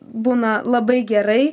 būna labai gerai